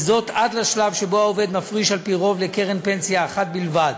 וזאת עד לשלב שבו העובד מפריש על-פי רוב לקרן פנסיה אחת בלבד.